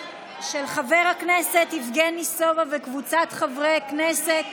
של חבר הכנסת יבגני סובה וקבוצת חברי הכנסת.